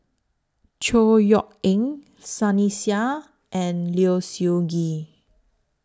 Chor Yeok Eng Sunny Sia and Low Siew Nghee